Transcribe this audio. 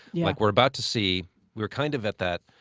like, we're about to see we were kind of at that,